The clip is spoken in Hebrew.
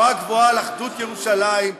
שמדברת גבוהה-גבוהה על אחדות ירושלים,